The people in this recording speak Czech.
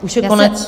Už je konec?